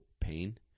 pain